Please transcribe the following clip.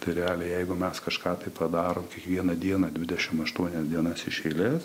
tai realiai jeigu mes kažką tai padarom kiekvieną dieną dvidešimt aštuonias dienas iš eilės